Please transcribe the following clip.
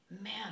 Man